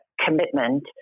commitment